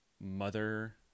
mother